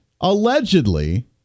Allegedly